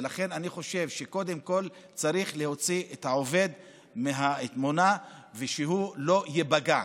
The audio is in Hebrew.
ולכן אני חושב שקודם כול צריך להוציא את העובד מהתמונה ושהוא לא ייפגע.